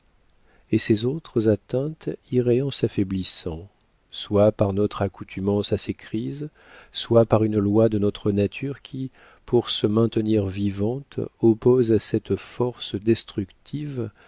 et ses autres atteintes iraient en s'affaiblissant soit par notre accoutumance à ses crises soit par une loi de notre nature qui pour se maintenir vivante oppose à cette force destructive